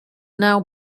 now